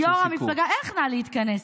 יושב-ראש המפלגה, איך "נא להתכנס"?